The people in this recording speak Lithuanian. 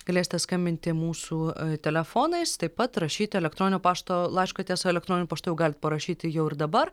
galėsite skambinti mūsų telefonais taip pat rašyti elektronio pašto laišką tiesa elektroniniu paštu jau galit parašyti jau ir dabar